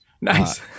Nice